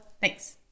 thanks